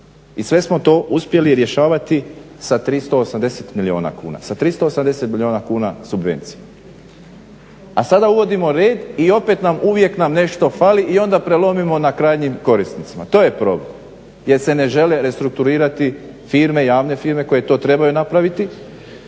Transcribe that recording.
I sve smo to uspjeli rješavati sa 380 milijuna kuna, 380 milijuna kuna subvencija. A sada uvodimo red i opet nam, uvijek nam nešto fali i onda prelomimo na krajnjim korisnicima. To je problem, jer se ne žele restrukturirati firme, javne firme koje to trebaju napraviti,